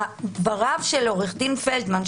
בדבריו של עו"ד פלדמן,